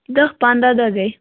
دَہ پَنٛداہ دۄہ گٔے